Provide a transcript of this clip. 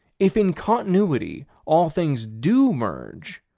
if in continuity, all things do merge,